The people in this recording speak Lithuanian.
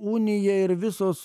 unija ir visos